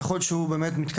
ככל שהוא מתקדם,